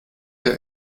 der